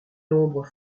l’ombre